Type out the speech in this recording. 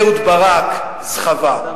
אהוד ברק סחבה.